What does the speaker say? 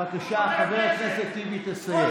בבקשה, חבר הכנסת טיבי, תסיים.